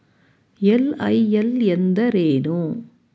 LIL ಎಂದರೇನು?